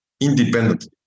independently